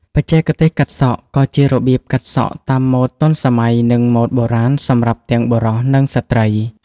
បច្ចេកទេសកាត់សក់ ក៏ជារបៀបកាត់សក់តាមម៉ូដទាន់សម័យ និងម៉ូដបុរាណ សម្រាប់ទាំងបុរស និងស្ត្រី។